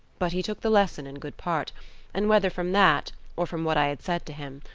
but he took the lesson in good part and whether from that, or from what i had said to him,